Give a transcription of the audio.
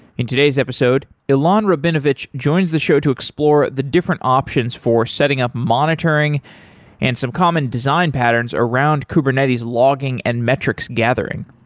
in today's episode, ilan rabinovitch joins the show to explore the different options for setting up monitoring and some common design patterns around kubernetes logging and metrics gathering.